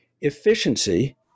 Efficiency